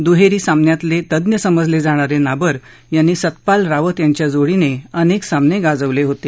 दुहेरी सामन्यांतले तज्ञ समजले जाणारे नाबर यांनी सत्पाल रावत यांच्या जोडीने अनेक सामने गाजवले होते